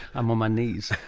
i'm on my knees.